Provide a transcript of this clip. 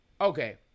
Okay